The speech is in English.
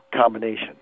combination